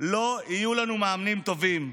לא יהיו לנו מאמנים טובים,